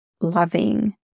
loving